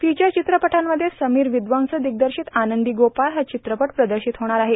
feature चित्रपटांमध्ये समीर विद्वंस दिग्दर्शीत आनंदी गोपाळ हा चित्रपट प्रदर्शीत होणार आहे